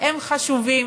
הם חשובים,